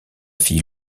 fille